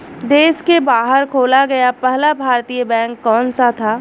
देश के बाहर खोला गया पहला भारतीय बैंक कौन सा था?